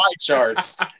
charts